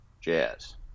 jazz